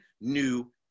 new